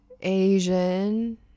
asian